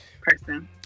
person